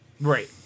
Right